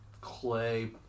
clay